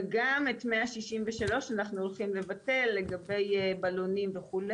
וגם את 163 אנחנו הולכים לבטל, לגבי בלונים וכו'.